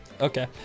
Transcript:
Okay